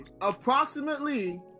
approximately